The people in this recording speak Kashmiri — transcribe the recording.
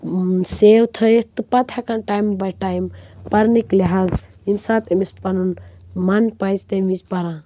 سیو تھٲیِتھ تہٕ پتہٕ ہٮ۪کان ٹایمہٕ بَے ٹایِم پرنٕکۍ لحاظ ییٚمہِ ساتہٕ أمِس پنُن من پَژِ تمہِ وِزِ پَران